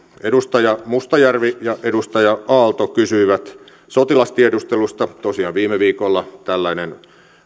edustaja mustajärvi ja edustaja aalto kysyivät sotilastiedustelusta tosiaan viime viikolla tällainen